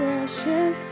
Precious